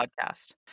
podcast